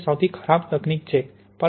તે સૌથી ખરાબ તકનીક છે